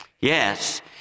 Yes